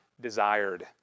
desired